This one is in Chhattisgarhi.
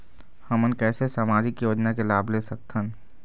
हमन कैसे सामाजिक योजना के लाभ ले सकथन?